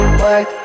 work